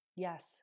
Yes